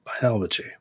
biology